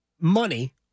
money